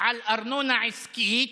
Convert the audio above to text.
על ארנונה עסקית,